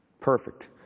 Perfect